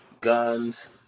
guns